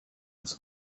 its